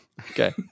Okay